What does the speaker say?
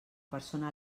persona